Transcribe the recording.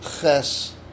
Ches